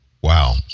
wow